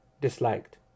disliked